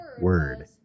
word